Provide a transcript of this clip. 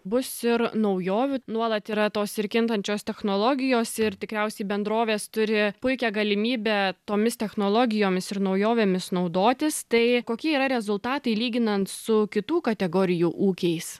bus ir naujovių nuolat yra tos ir kintančios technologijos ir tikriausiai bendrovės turi puikią galimybę tomis technologijomis ir naujovėmis naudotis tai kokie yra rezultatai lyginant su kitų kategorijų ūkiais